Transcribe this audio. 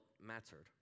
mattered